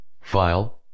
file